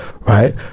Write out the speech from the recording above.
right